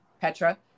Petra